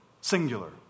singular